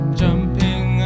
jumping